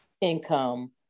income